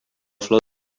flor